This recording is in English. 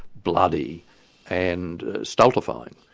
bloody and stultifying.